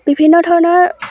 বিভিন্ন ধৰণৰ